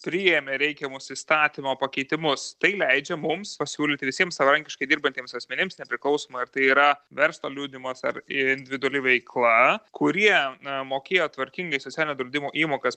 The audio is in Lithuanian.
priėmė reikiamus įstatymo pakeitimus tai leidžia mums pasiūlyti visiems savarankiškai dirbantiems asmenims nepriklausomai ar tai yra verslo liudijimas ar individuali veikla kurie na mokėjo tvarkingai socialinio draudimo įmokas